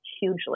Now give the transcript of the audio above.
hugely